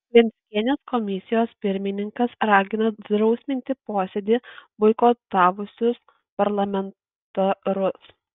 venckienės komisijos pirmininkas ragina drausminti posėdį boikotavusius parlamentarus